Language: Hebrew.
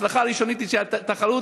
ההצלחה הראשונית היא שהתחרות,